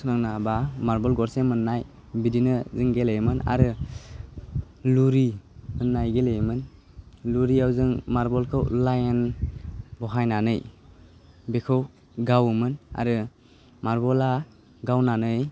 फोनांनो हाबा मारबल गरसे मोननाय बिदिनो जों गेलेयोमोन आरो लुरि होननाय गेलेयोमोन लुरिआव जों मारबलखौ लाइन बहायनानै बेखौ गावोमोन आरो मारबला गावनानै